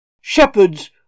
Shepherds